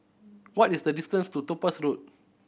what is the distance to Topaz Road